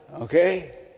Okay